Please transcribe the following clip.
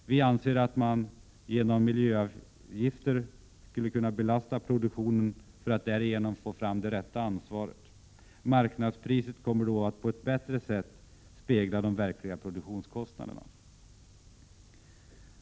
Vi anser att man genom miljöavgifter skulle kunna belasta produktionen, för att därigenom få fram det rätta ansvaret. Marknadspriset kommer då att på ett bättre sätt spegla de verkliga produktionskostnaderna.